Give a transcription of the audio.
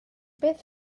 beth